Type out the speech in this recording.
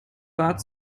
bat